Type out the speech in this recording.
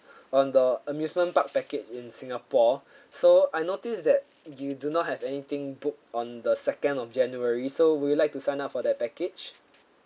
on the amusement park package in singapore so I notice that you do not have anything booked on the second of january so would you like to sign up for that package